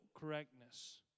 correctness